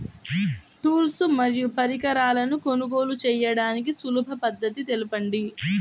Tools మరియు పరికరాలను కొనుగోలు చేయడానికి సులభ పద్దతి తెలపండి?